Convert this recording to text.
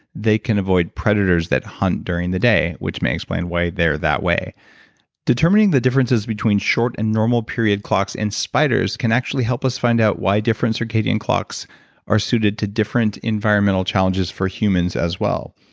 they can avoid predators that hunt during the day which may explain why they're that way determining the differences between short and normal period clocks in spiders can actually help us find out why different circadian clocks are suited to different environmental challenges for humans as well.